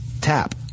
TAP